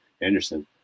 Anderson